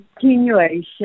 continuation